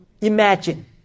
Imagine